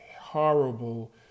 horrible